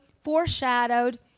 foreshadowed